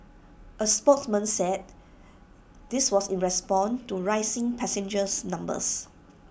A spokesman said this was in response to rising passengers numbers